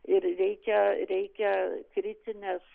ir reikia reikia kritinės